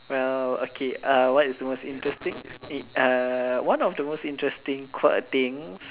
well okay uh what is most interesting err one of the most interesting quite things